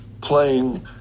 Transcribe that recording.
playing